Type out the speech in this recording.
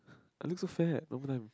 I look so fat